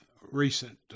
recent